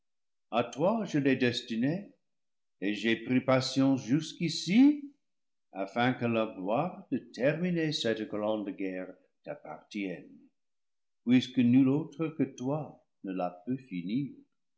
à toi je l'ai destiné et j'ai pris patience jusqu'ici afin que la gloire de terminer cette grande guerre t'appartienne puisque nul autre que toi ne la peut finir